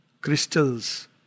crystals